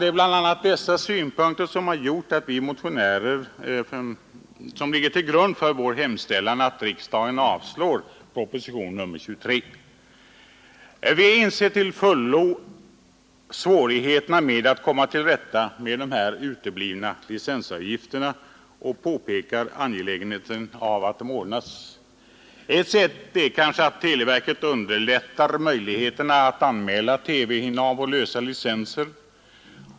Det är bl.a. dessa synpunkter som ligger till grund för vår hemställan att riksdagen skall avslå propositionen 23. Vi inser till fullo svårigheterna med att få in de uteblivna licensavgifterna och påpekar angelägenheten av att frågan löses. Ett sätt är kanske att televerket underlättar för människor att anmäla TV-innehav och lösa licenser.